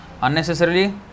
unnecessarily